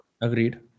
Agreed